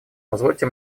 позвольте